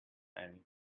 and